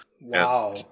Wow